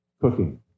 cooking